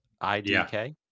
I-D-K